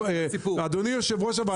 אדוני יו"ר הוועדה,